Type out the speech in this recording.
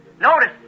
Notice